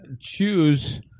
choose